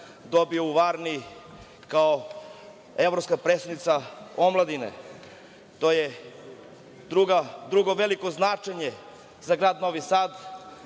dobio u Varni kao evropska prestonica omladine. To je drugo veliko značenje za grad Novi Sad.